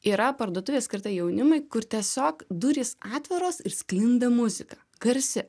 yra parduotuvė skirta jaunimui kur tiesiog durys atviros ir sklinda muzika garsi